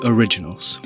Originals